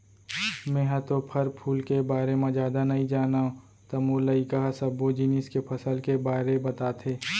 मेंहा तो फर फूल के बारे म जादा नइ जानव त मोर लइका ह सब्बो जिनिस के फसल के बारे बताथे